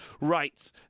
Right